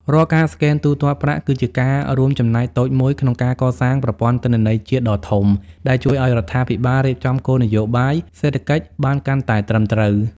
រាល់ការស្កែនទូទាត់ប្រាក់ គឺជាការរួមចំណែកតូចមួយក្នុងការកសាងប្រព័ន្ធទិន្នន័យជាតិដ៏ធំ ដែលជួយឱ្យរដ្ឋាភិបាលរៀបចំគោលនយោបាយសេដ្ឋកិច្ចបានកាន់តែត្រឹមត្រូវ។